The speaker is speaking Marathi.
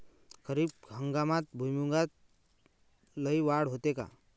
खरीप हंगामात भुईमूगात लई वाढ होते का?